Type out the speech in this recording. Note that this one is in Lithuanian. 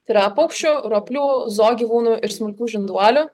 tai yra paukščių roplių zoo gyvūnų ir smulkių žinduolių